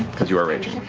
because you are raging.